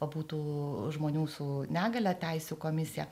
o būtų žmonių su negalia teisių komisija